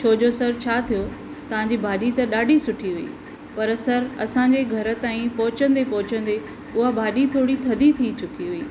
छोजो सर छा थियो तव्हांजी भाॼी त ॾाढी सुठी हुई पर सर असांजे घर तांई पहुचंदे पहुचंदे उहा भाॼी थोरी थधी थी चुकी हुई